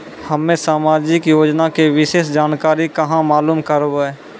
हम्मे समाजिक योजना के विशेष जानकारी कहाँ मालूम करबै?